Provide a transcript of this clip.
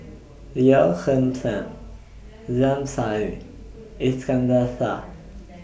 Yeoh Ghim Seng J M Sali Iskandar Shah